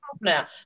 now